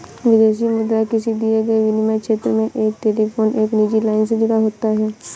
विदेशी मुद्रा किसी दिए गए विनिमय क्षेत्र में एक टेलीफोन एक निजी लाइन से जुड़ा होता है